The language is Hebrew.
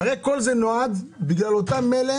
כל זה נועד בגלל אותם אלה